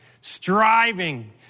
striving